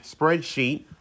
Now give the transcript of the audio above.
spreadsheet